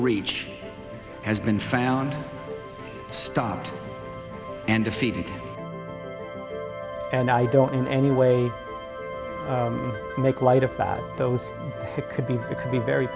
reach has been found stopped and defeated and i don't in any way make light of those that could be could be very